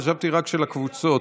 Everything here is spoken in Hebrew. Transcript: חשבתי רק של הקבוצות.